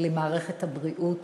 למערכת הבריאות